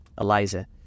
Eliza